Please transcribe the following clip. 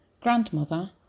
grandmother